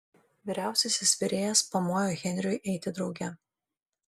vyriausiasis virėjas pamojo henriui eiti drauge